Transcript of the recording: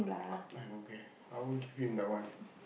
I don't care I will give him that one